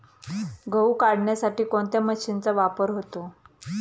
गहू काढण्यासाठी कोणत्या मशीनचा वापर होतो?